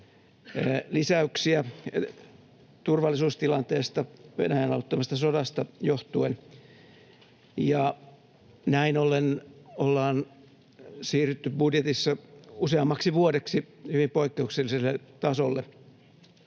lisäyksiä turvallisuustilanteesta, Venäjän aloittamasta sodasta, johtuen, ja näin ollen ollaan siirrytty budjetissa useammaksi vuodeksi hyvin poikkeukselliselle tasolle.